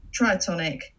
Tritonic